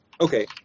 okay